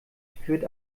führt